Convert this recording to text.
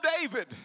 David